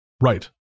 Right